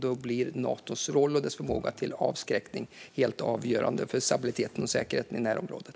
Där blir Natos roll och dess förmåga till avskräckning helt avgörande för stabiliteten och säkerheten i närområdet.